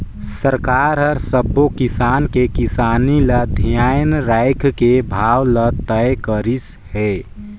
सरकार हर सबो किसान के किसानी ल धियान राखके भाव ल तय करिस हे